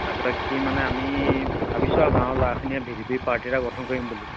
তাৰ পৰা কি মানে আমি ভাবিছোঁ আৰু গাঁৱৰ ল'ৰাখিনিয়ে ভি ডি পি পাৰ্টি এটা গঠন কৰিম বুলি